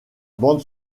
bande